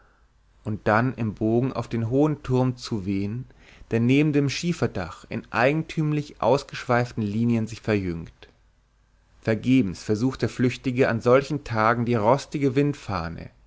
und dann im bogen auf den hohen turm zuwehen der neben dem schieferdach in eigentümlich ausgeschweiften linien sich verjüngt vergebens versucht der flüchtige an solchen tagen die rostige